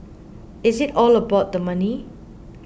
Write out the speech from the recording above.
is it all about the money